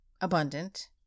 abundant